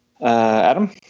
Adam